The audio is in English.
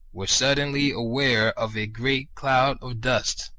were suddenly aware of a great cloud of dust.